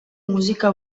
música